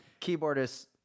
keyboardist